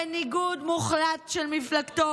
בניגוד מוחלט למפלגתו,